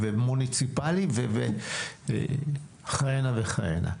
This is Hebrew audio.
ומוניציפאלי וכהנה וכהנה.